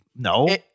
No